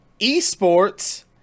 esports